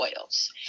oils